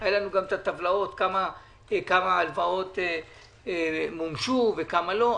היו לנו גם את הטבלאות כמה הלוואות מומשו וכמה לא.